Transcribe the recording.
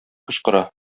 кычкыра